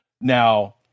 Now